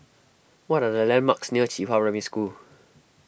what are the landmarks near Qihua Primary School